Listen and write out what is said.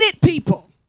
people